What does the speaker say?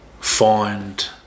Find